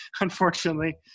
unfortunately